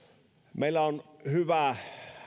meillä on hyvä